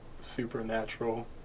supernatural